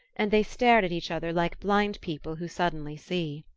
and they stared at each other like blind people who suddenly see.